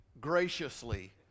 graciously